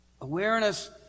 awareness